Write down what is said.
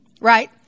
right